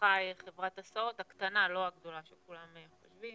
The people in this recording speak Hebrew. במשפחה חברת הסעות, הקטנה, לא הגדולה שכולם חושבים